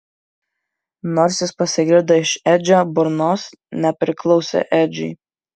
nors jis pasigirdo iš edžio burnos nepriklausė edžiui